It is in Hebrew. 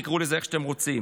תקראו לזה איך שאתם רוצים.